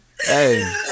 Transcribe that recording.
Hey